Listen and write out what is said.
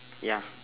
ya